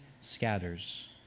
scatters